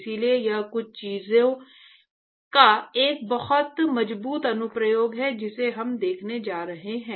इसलिए यह कुछ चीजों का एक बहुत मजबूत अनुप्रयोग है जिसे हम देखने जा रहे हैं